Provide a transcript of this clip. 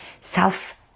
self